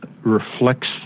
reflects